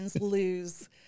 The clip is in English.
lose